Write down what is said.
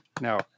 No